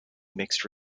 mixed